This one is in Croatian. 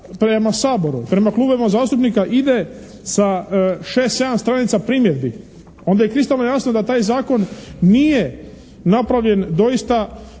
prema Saboru, prema klubovima zastupnika ide sa šest, sedam stranica primjedbi onda je kristalno jasno da taj zakon nije napravljen doista